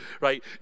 right